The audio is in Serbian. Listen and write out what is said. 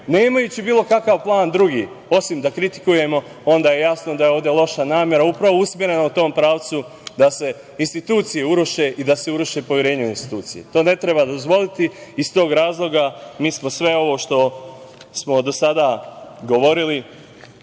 nemajući bilo kakav plan drugi, osim da kritikujemo, onda je jasno da je ovde loša namera upravo usmerena u tom pravcu da se institucije uruše i da se uruši poverenje u institucije. To ne treba dozvoliti. Iz tog razloga, mi smo sve ovo što smo do sada govorili